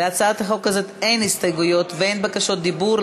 להצעת החוק הזאת אין הסתייגויות ואין בקשות דיבור,